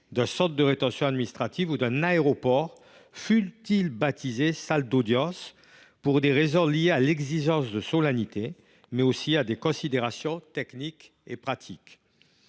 d’un centre de rétention administrative ou d’un aéroport, fût il baptisé « salle d’audience », pour des raisons liées à l’exigence de solennité, mais aussi à des considérations techniques et pratiques.